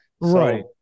Right